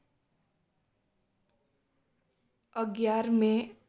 અગિયાર મે ઓગણીસો સિત્તેર